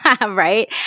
right